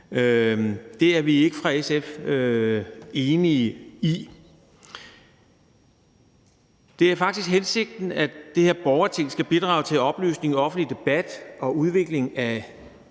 Det er vi i SF ikke enige i. Det er faktisk hensigten, at det her borgerting skal bidrage til oplysning og offentlig debat og udvikling af